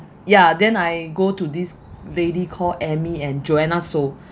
ya then I go to this lady called amy and joanna soh